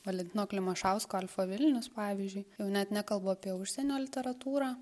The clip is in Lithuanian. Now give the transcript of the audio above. valentino klimašausko alfa vilnius pavyzdžiui jau net nekalbu apie užsienio literatūrą